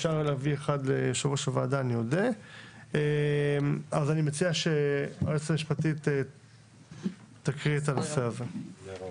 אני מציע שהיועצת המשפטית תקרא את הצעת החוק.